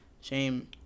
Shame